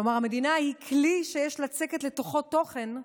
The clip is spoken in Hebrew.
"כלומר, המדינה היא כלי שיש לצקת לתוכו תוכן,